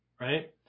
right